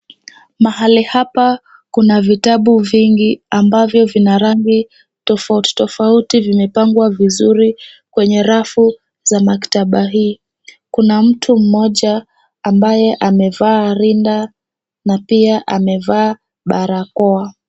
Mahali hapa kuna vitabu vingi ambavyo vina rangi tofauti tofauti. Vimepangwa vizuri kwenye rafu za maktaba hii. Kuna mtu mmoja ambaye amevaa rinda na pia amevaa barakoa.